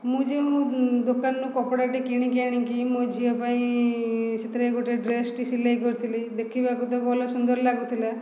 ମୁଁ ଯେଉଁ ଦୋକାନରୁ କପଡ଼ାଟିଏ କିଣିକି ଆଣିକି ମୋ ଝିଅ ପାଇଁ ସେଥିରେ ଗୋଟେ ଡ୍ରେସ୍ଟେ ସିଲେଇ କରିଥିଲି ଦେଖିବାକୁ ତ ଭଲ ସୁନ୍ଦର ଲାଗୁଥିଲା